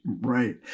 Right